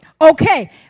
Okay